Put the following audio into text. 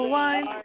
one